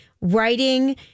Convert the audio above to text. writing